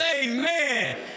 amen